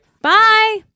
bye